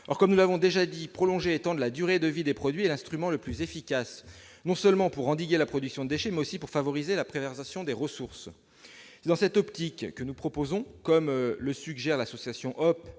recyclées. Nous l'avons déjà dit, étendre la durée de vie des produits est le moyen le plus efficace, non seulement pour endiguer la production de déchets, mais aussi pour favoriser la préservation des ressources. C'est dans cette optique que nous proposons de créer, comme le préconisent l'association Halte